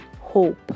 hope